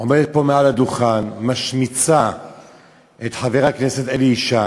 עומדת פה על הדוכן, משמיצה את חבר הכנסת אלי ישי,